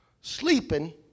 sleeping